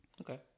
Okay